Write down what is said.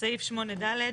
בסעיף 8 (ד').